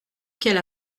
qu’elle